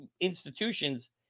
institutions